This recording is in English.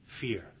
fear